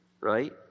right